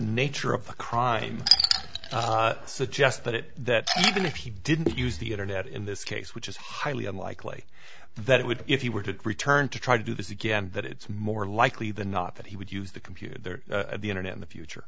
nature of the crime suggest that even if he didn't use the internet in this case which is highly unlikely that it would if he were to return to try to do this again that it's more likely than not that he would use the computer the internet in the future